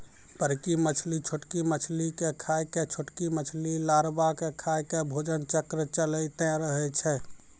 बड़की मछली छोटकी मछली के खाय के, छोटकी मछली लारवा के खाय के भोजन चक्र चलैतें रहै छै